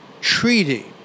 Treaty